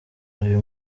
uyu